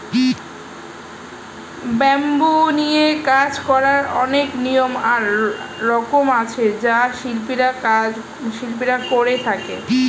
bamboo নিয়ে কাজ করার অনেক নিয়ম আর রকম আছে যা শিল্পীরা করে থাকে